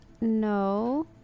no